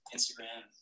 Instagram